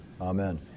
Amen